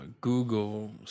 Google